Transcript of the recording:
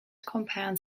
compounds